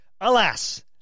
Alas